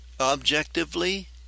objectively